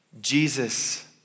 Jesus